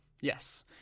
yes